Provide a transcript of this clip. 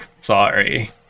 Sorry